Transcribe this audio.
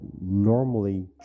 normally